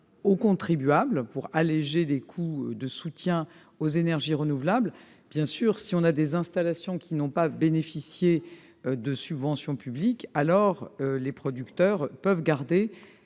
au contribuable, pour alléger les coûts de soutien aux énergies renouvelables. Bien sûr, si des installations n'ont pas bénéficié de subventions publiques, les producteurs peuvent garder